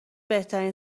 بهترین